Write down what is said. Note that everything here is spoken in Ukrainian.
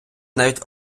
навіть